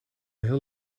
heel